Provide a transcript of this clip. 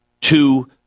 Two